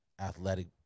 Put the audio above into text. athletic